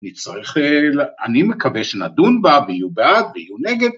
נצטרך... ‫אני מקווה שנדון בה, ‫ויהיו בעד ויהיו נגד.